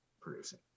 producing